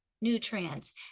nutrients